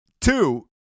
Two